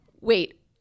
wait